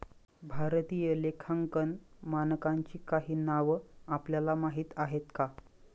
भारतीय लेखांकन मानकांची काही नावं आपल्याला माहीत आहेत का?